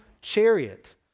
chariot